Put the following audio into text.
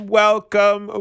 welcome